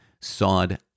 sawed